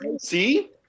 See